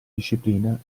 disciplina